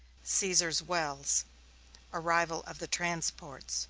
caesar's wells arrival of the transports